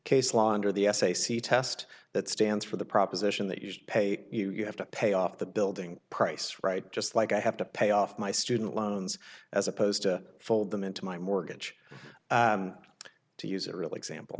case law under the usa see test that stands for the proposition that you just pay you have to pay off the building price right just like i have to pay off my student loans as opposed to fold them into my mortgage to use a real example